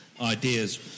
ideas